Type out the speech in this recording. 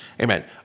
Amen